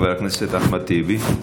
חבר הכנסת אחמד טיבי.